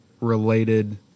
related